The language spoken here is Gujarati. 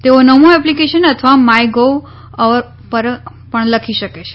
તેઓ નમો એપ્લિકેશન અથવા માયગોવ પર પણ લખી શકે છે